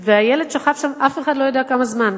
והילד שכב שם, אף אחד לא יודע כמה זמן,